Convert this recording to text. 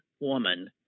woman